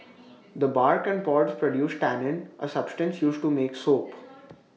the bark and pods produce tannin A substance used to make soap